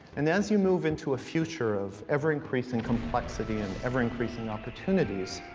and as you move into a future of ever increasing complexity and ever increasing opportunities,